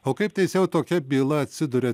o kaip teisėjau tokia byla atsiduria